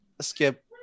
skip